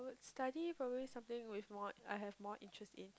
study probably something with more I have more interest in